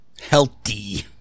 Healthy